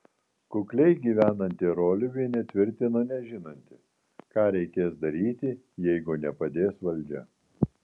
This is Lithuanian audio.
kukliai gyvenanti roliuvienė tvirtino nežinanti ką reikės daryti jeigu nepadės valdžia